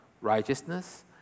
righteousness